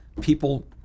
people